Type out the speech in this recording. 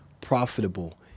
profitable